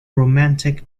romantic